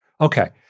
Okay